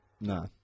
No